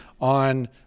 on